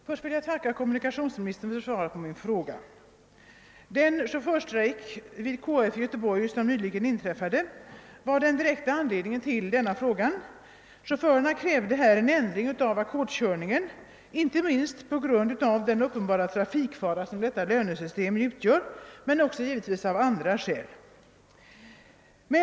Herr talman! Jag tackar kommunikationsministern för svaret på min fråga. Den chaufförsstrejk som nyligen utbröt vid KF i Göteborg var den direkta anledningen till min fråga. Chaufförerna krävde en ändring av ackordslönesystemet inte minst på grund av den uppenbara trafikfara som detta lönesystem för med sig, men givetvis även av andra skäl.